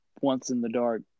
once-in-the-dark